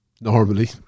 normally